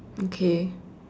okay